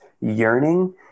yearning